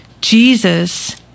Jesus